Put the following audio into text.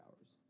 hours